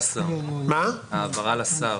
העברה לשר.